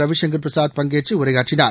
ரவிசங்கர் பிரசாத் பங்கேற்று உரையாற்றினார்